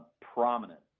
prominent